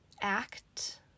act